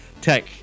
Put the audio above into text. tech